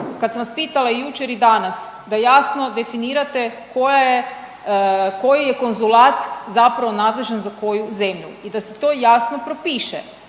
kad sam vas pitala jučer i danas da jasno definirate koja je, koji je konzulat zapravo nadležan za koju zemlju i da se to jasno propiše,